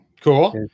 cool